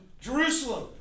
Jerusalem